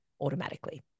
automatically